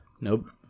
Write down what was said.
Nope